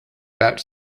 about